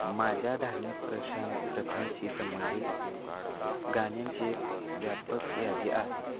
माझ्या धार्मिक प्रशान प्रथांशी संबंधित गाण्यांची एक व्यापक यादी आहे